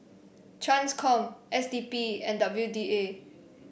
Transcom S D P and W D A